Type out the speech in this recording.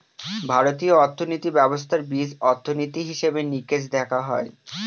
ভারতীয় অর্থনীতি ব্যবস্থার বীজ অর্থনীতি, হিসেব নিকেশ দেখা হয়